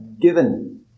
given